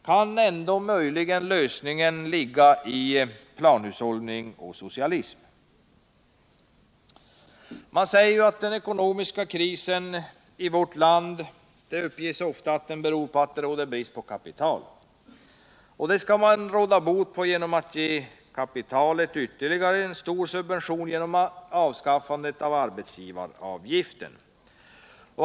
Kan lösningen ligga i planhushållning och socialism? Den ekonomiska krisen i vårt land uppges ofta bero på att det råder brist på kapital. Det skall man nu råda bot på genom att ge kapitalet ytterligare en stor subvention genom avskaffandet av arbetsgivaravgiften.